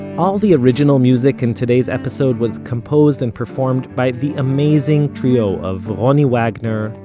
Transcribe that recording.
all the original music in today's episode was composed and performed by the amazing trio of ronnie wagner,